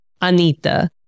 Anita